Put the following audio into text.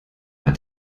hat